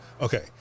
Okay